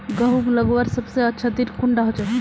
गहुम लगवार सबसे अच्छा दिन कुंडा होचे?